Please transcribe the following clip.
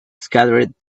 scattered